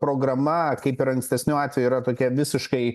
programa kaip ir ankstesniu atveju yra tokia visiškai